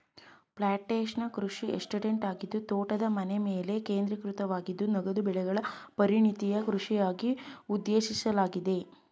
plantation ಕೃಷಿ estate ಆಗಿದ್ದು ತೋಟದ ಮನೆಮೇಲೆ ಕೇಂದ್ರೀಕೃತವಾಗಯ್ತೆ ನಗದು ಬೆಳೆಗಳ ಪರಿಣತಿಯ ಕೃಷಿಗಾಗಿ ಉದ್ದೇಶಿಸಲಾಗಿದೆ